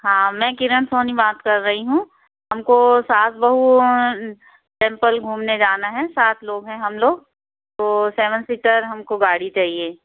हाँ मैं किरण सोनी बात कर रही हूँ हमको सास बहु टेंपल घूमने जाना है सात लोग हैं हम लोग तो सेवेन सीटर हमको गाड़ी चाहिए